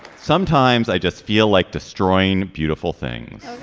sometimes i just feel like destroying beautiful things.